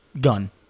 gun